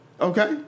Okay